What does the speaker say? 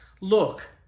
look